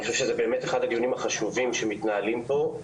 אני חושב שזה אחד הדיונים החשובים שמתנהלים פה,